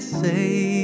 say